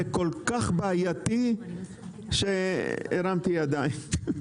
זה כל כך בעייתי שהרמתי ידיים.